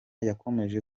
yakomoje